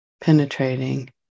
penetrating